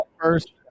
first